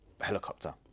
helicopter